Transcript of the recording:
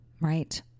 right